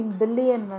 billion